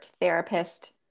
therapist